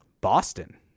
Boston